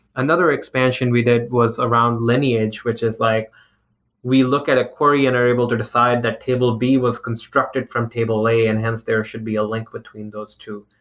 another expansion we did was around lineage, which is like we look at a query and are able to decide that table b was constructed from table a, and hence there should be a link between those two.